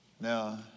Now